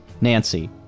Nancy